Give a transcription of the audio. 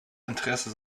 interesse